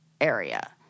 area